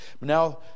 Now